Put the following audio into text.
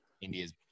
India's